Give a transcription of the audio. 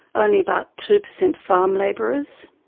only about two percent farm labourers,